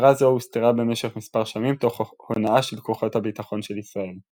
מטרה זו הוסתרה במשך מספר שנים תוך הונאה של כוחות הבטחון של ישראל.